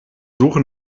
suche